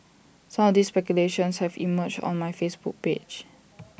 some of these speculations have emerged on my Facebook page